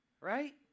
Right